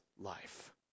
life